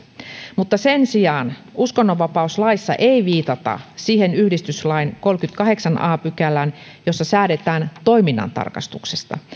mutta sen sijaan uskonnonvapauslaissa ei viitata siihen yhdistyslain kolmanteenkymmenenteenkahdeksanteen a pykälään jossa säädetään toiminnantarkastuksesta